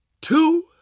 two